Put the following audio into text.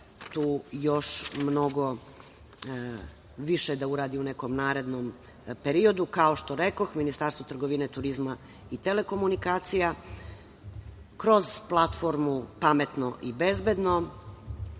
tu još mnogo više da uradi u nekom narednom periodu. Kao što rekoh, Ministarstvo trgovine, turizma i telekomunikacija kroz platformu „Pametno i bezbedno“